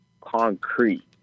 concrete